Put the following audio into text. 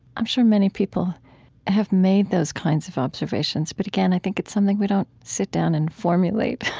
i'm sure many people have made those kinds of observations but, again, i think it's something we don't sit down and formulate,